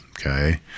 okay